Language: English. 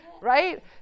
right